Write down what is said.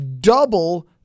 Double